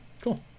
Cool